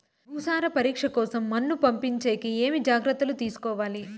భూసార పరీక్ష కోసం మన్ను పంపించేకి ఏమి జాగ్రత్తలు తీసుకోవాలి?